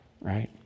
Right